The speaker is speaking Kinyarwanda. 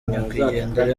nyakwigendera